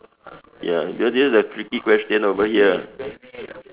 ya because this is a tricky question over here